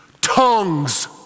Tongues